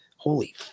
Holy